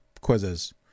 Quizzes